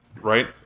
Right